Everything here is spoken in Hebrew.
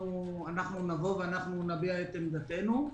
האם נמצאים פה נציגי הממשלה?